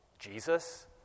Jesus